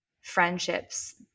friendships